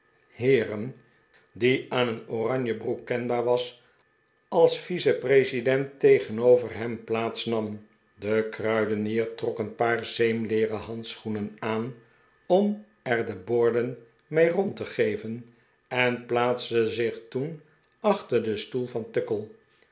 heeren die aan een oranjebroek kenbaar was als vice-president tegenover hem plaats nam de kruidenier trok een paar zeemleeren handschoenen aan om er de borden mee rond te geven en plaatste zich toen achter den stoel van tuckle